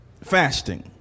Fasting